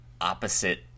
opposite